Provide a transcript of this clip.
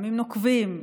לפעמים נוקבים,